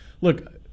Look